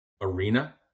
arena